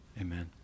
Amen